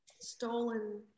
stolen